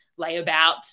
layabout